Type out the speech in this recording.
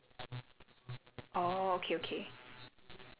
bring her to open house or something then she will understand better